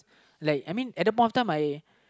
like I mean at the point of time I